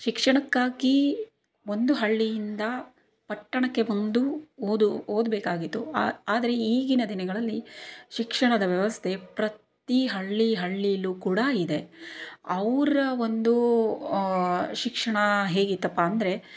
ಶಿಕ್ಷಣಕ್ಕಾಗಿ ಒಂದು ಹಳ್ಳಿಯಿಂದ ಪಟ್ಟಣಕ್ಕೆ ಬಂದು ಓದು ಓದ್ಬೇಕಾಗಿತ್ತು ಆದರೆ ಈಗಿನ ದಿನಗಳಲ್ಲಿ ಶಿಕ್ಷಣದ ವ್ಯವಸ್ಥೆ ಪ್ರತಿ ಹಳ್ಳಿ ಹಳ್ಳಿಲೂ ಕೂಡ ಇದೆ ಅವರ ಒಂದೂ ಶಿಕ್ಷಣ ಹೇಗಿತ್ತಪ್ಪ ಅಂದರೆ